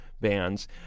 Bands